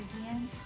again